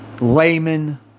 layman